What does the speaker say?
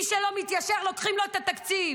מי שלא מתיישר לוקחים לו את התקציב,